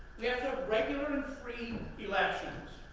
you have to have regular, and free elections.